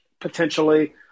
potentially